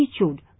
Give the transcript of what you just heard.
attitude